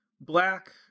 Black